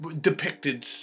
Depicted